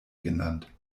genannt